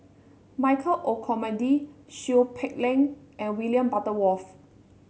Michael Olcomendy Seow Peck Leng and William Butterworth